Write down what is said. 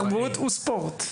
תרבות הוא ספורט.